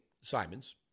Simons